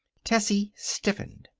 tessie stiffened.